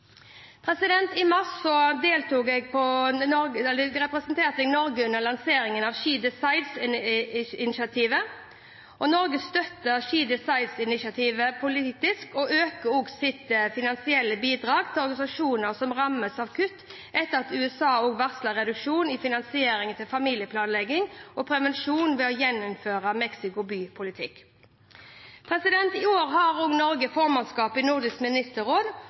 I mars representerte jeg Norge under lanseringen av She Decides-initiativet. Norge støtter She Decides-initiativet politisk og øker sitt finansielle bidrag til organisasjoner som rammes av kutt etter at USA har varslet reduksjon i finansiering til familieplanlegging og prevensjon ved å gjeninnføre «Mexico by-politikk». I år har Norge formannskapet i Nordisk Ministerråd